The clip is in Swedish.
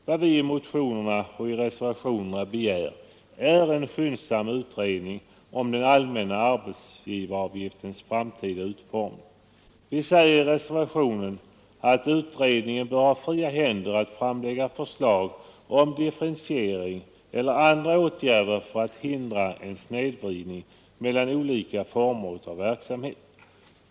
Vad vi begär i motionerna och i reservationen är en skyndsam utredning om den allmänna arbetsgivaravgiftens framtida utformning. Vi säger i reservationen att utredningen bör ha fria händer att framlägga förslag om differentiering eller andra åtgärder för att hindra en snedvridning mellan olika former av verksamhet.